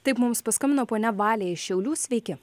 taip mums paskambino ponia valė iš šiaulių sveiki